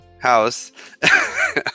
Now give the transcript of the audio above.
house